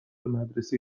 مدرسه